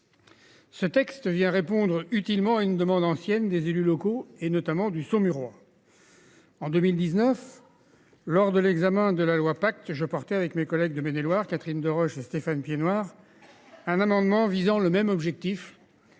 Ce texte vient répondre utilement une demande ancienne des élus locaux et notamment du son roi. En 2019. Lors de l'examen de la loi pacte je partais avec mes collègues de Maine-et-Loire Catherine Deroche, Stéphane Piednoir. Un amendement visant le même objectif.